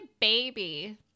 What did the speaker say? baby